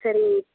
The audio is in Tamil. சரி